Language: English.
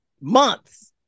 months